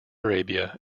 arabia